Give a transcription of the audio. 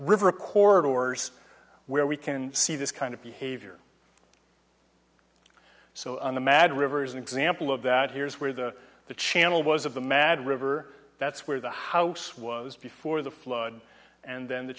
river corridors where we can see this kind of behavior so the mad rivers an example of that here is where the the channel was of the mad river that's where the house was before the flood and then the